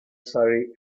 surrey